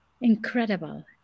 Incredible